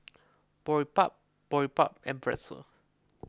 Boribap Boribap and Pretzel